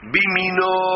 Bimino